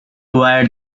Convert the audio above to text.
were